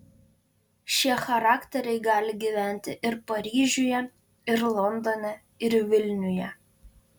šie charakteriai gali gyventi ir paryžiuje ir londone ir vilniuje